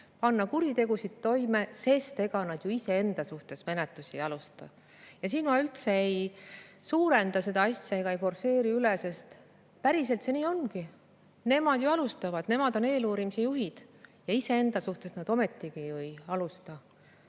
panna kuritegusid toime, sest ega nad ju iseenda suhtes menetlust ei alusta. Ma üldse ei suurenda seda asja ega forsseeri üle, sest päriselt see nii ongi. Nemad ju alustavad, nemad on eeluurimise juhid. Ja iseenda suhtes nad ometigi ei alusta.